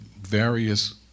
various